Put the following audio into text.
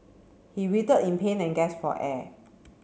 he in pain and gasped for air